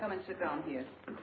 come and sit down here i